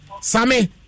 Sammy